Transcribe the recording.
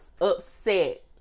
upset